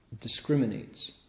discriminates